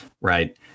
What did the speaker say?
right